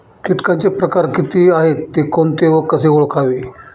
किटकांचे प्रकार किती आहेत, ते कोणते व कसे ओळखावे?